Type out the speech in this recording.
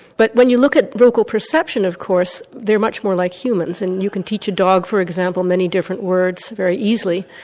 but when you look at vocal perception of course, they are much more like humans and you can teach a dog for example many different words very easily.